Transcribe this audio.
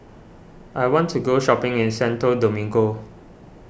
I want to go shopping in Santo Domingo